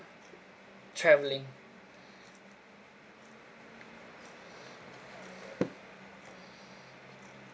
travelling